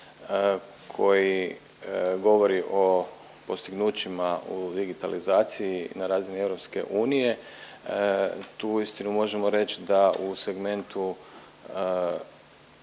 koji govori o postignućima u digitalizaciji na razini EU tu uistinu možemo reći da u segmentu